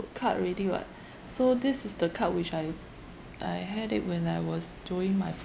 got card already [what] so this is the card which I I had it when I was doing my